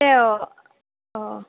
तें